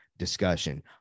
discussion